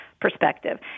perspective